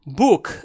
book